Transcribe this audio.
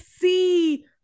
see